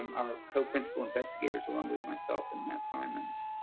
um our co-principal investigators along with myself and matt symonds.